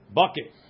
bucket